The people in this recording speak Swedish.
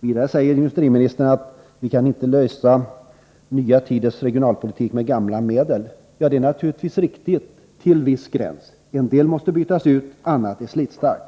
Vidare säger industriministern att vi inte kan klara nya tiders regionalpolitik med gamla metoder. Ja, det är naturligtvis riktigt — till viss gräns. En del måste bytas ut, annat är slitstarkt.